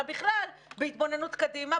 אלא בכלל בהתבוננות קדימה,